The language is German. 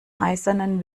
eisernen